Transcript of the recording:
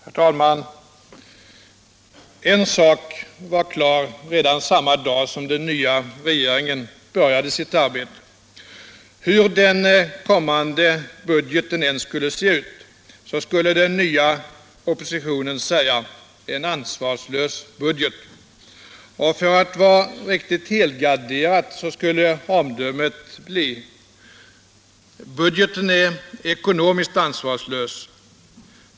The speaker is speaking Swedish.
Herr talman! En sak var klar redan samma dag som den nya regeringen började sitt arbete. Hur den kommande budgeten än såg ut skulle den nya oppositionen kalla den för en ansvarslös budget. För att man skulle vara riktigt helgarderad skulle omdömet bli: Budgeten är ekonomiskt ansvarslös.